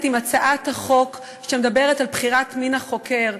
עם הצעת החוק שמדברת על בחירת מין החוקר.